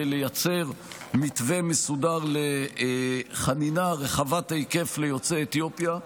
לייצר מתווה מסודר לחנינה רחבת היקף ליוצאי אתיופיה,